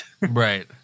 Right